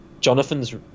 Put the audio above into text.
Jonathan's